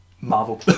Marvel